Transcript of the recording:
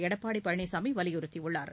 எடப்பாடி பழனிச்சாமி வலியுறுத்தியுள்ளார்